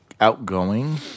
outgoing